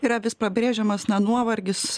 yra vis pabrėžiamas na nuovargis